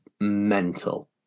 mental